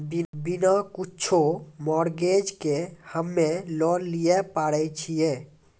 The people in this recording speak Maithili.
बिना कुछो मॉर्गेज के हम्मय लोन लिये पारे छियै?